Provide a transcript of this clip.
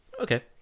okay